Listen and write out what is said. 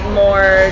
more